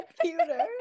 computer